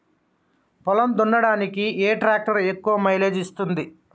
పొలం దున్నడానికి ఏ ట్రాక్టర్ ఎక్కువ మైలేజ్ ఇస్తుంది?